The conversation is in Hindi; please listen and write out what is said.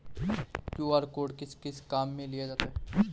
क्यू.आर कोड किस किस काम में लिया जाता है?